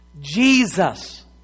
Jesus